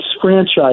franchise